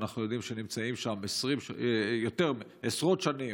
ואנחנו יודעים שהם נמצאים שם עשרות שנים.